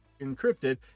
encrypted